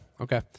Okay